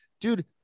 dude